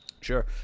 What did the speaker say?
Sure